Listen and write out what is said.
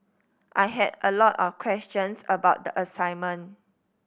I had a lot of questions about the assignment